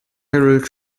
harald